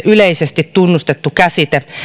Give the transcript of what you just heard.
yleisesti tunnustettu käsite